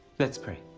let's pray.